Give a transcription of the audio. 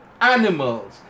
animals